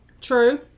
True